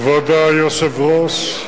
כבוד היושב-ראש,